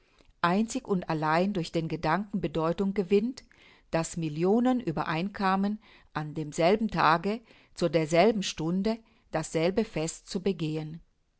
einzig und allein durch den gedanken bedeutung gewinnt daß millionen übereinkamen an demselben tage zu derselben stunde dasselbe fest zu begehen